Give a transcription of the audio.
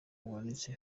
buhanitse